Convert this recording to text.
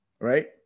right